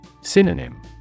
Synonym